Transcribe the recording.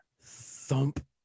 Thump